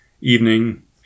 evening